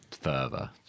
further